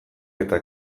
eta